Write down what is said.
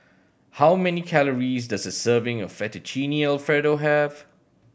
how many calories does a serving of Fettuccine Alfredo have